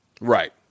right